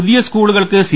പുതിയ സ്കൂളുകൾക്ക് സി